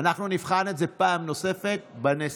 אנחנו נבחן את זה פעם נוספת בנשיאות,